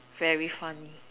very funny